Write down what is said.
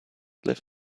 live